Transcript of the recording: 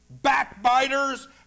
Backbiters